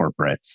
corporates